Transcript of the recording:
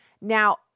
Now